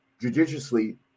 judiciously